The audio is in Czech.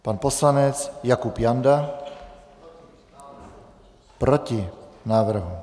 Pan poslanec Jakub Janda: Proti návrhu.